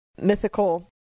mythical